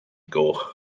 goch